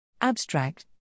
Abstract